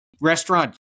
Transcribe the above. restaurant